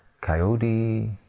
Coyote